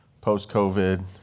post-COVID